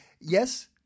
yes